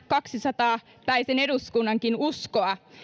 kaksisataa päisen eduskunnankin uskoa